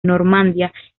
normandía